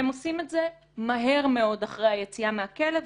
והם עושים את זה מהר מאוד אחרי היציאה מהכלא.